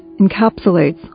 encapsulates